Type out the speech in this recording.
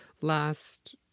last